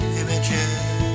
images